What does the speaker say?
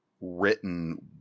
written